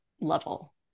level